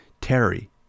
Terry